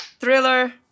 Thriller